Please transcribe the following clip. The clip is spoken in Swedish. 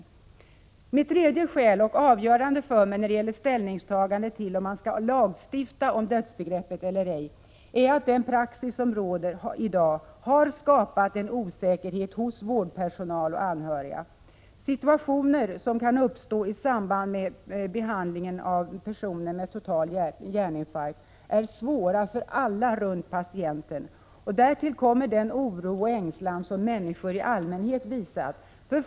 För det tredje — och detta har varit avgörande för mig när det har gällt ställningstagandet till om man skall lagstifta om dödsbegreppet eller ej — är att den praxis som råder i dag har skapat en osäkerhet hos vårdpersonal och anhöriga. Situationer som kan uppstå i samband med behandlingen av personer med total hjärninfarkt är svåra för alla runt patienten. Därtill kommer den oro och ängslan som människor i allmänhet visat.